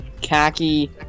khaki